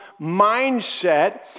mindset